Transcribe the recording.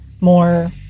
more